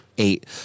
Eight